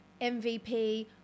MVP